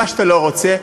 מה שאתה לא רוצה.